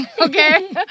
Okay